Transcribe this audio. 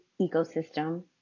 ecosystem